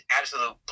absolute